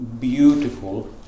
beautiful